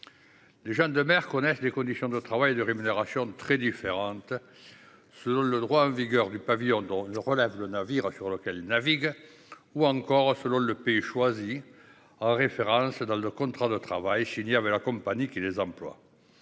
Les gens de mer connaissent des conditions de travail et de rémunération très différentes selon le droit en vigueur du pavillon dont relève le navire sur lequel ils naviguent ou encore suivant le pays choisi en référence dans le contrat de travail signé avec la compagnie qui les emploie.